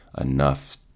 enough